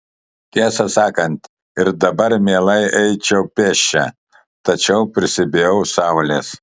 tiesą sakant ir dabar mielai eičiau pėsčia tačiau prisibijau saulės